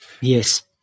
Yes